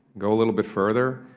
go a little bit further,